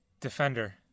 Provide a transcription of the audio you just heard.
Defender